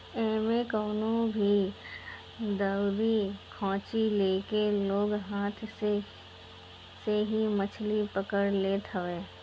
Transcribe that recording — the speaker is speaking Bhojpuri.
एमे कवनो भी दउरी खाची लेके लोग हाथ से ही मछरी पकड़ लेत हवे